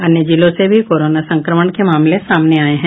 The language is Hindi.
अन्य जिलों से भी कोरोना संक्रमण के मामले सामने आये हैं